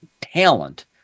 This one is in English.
talent